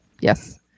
yes